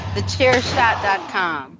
TheChairShot.com